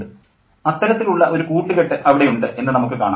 professor അത്തരത്തിൽ ഉള്ള ഒരു കൂട്ടുകെട്ട് അവിടെയുണ്ട് എന്നു നമുക്ക് കാണാം